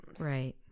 right